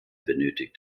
benötigt